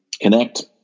connect